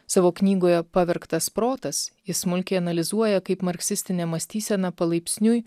savo knygoje pavergtas protas jis smulkiai analizuoja kaip marksistinė mąstysena palaipsniui